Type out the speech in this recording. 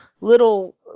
little